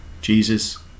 Jesus